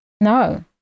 No